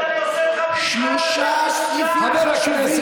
שלושה סעיפים חשובים,